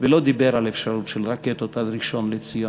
ולא דיבר על אפשרות של רקטות עד ראשון-לציון.